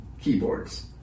keyboards